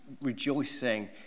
rejoicing